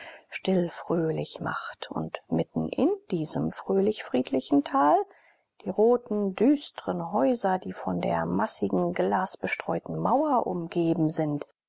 stillfröhlich macht und mitten in diesem fröhlich friedlichen tal die roten düstren häuser die von der massigen glasbestreuten mauer umgeben sind